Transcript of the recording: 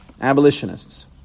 Abolitionists